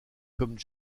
comme